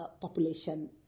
population